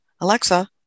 Alexa